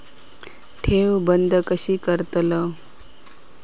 ठेव बंद कशी करतलव?